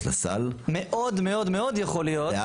לסל -- מאוד מאוד יכול להיות שהפרמיה תרד.